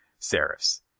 serifs